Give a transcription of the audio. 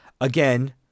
again